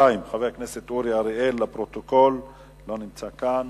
602, של חבר הכנסת אורי אריאל, לא נמצא כאן,